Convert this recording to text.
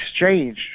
exchange